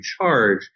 charge